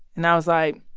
and i was like,